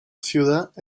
ciudad